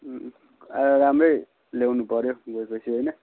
राम्रै ल्याउनु पऱ्यो गए पछि होइन